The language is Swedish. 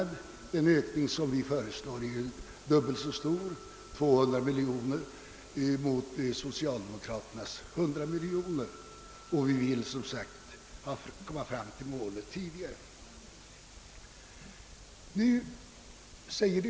Den ökning som vi föreslår är dock dubbelt så stor som den regeringen föreslår — 200 miljoner kronor mot 100 miljoner kronor — och vi vill nå enprocentmålet åtminstone två år tidigare än regeringen.